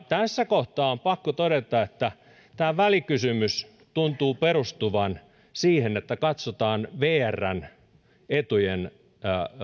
tässä kohtaa on pakko todeta että tämä välikysymys tuntuu perustuvan siihen että katsotaan vrn etujen